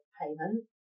payment